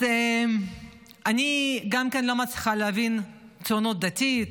אני גם לא מצליחה להבין את הציונות הדתית,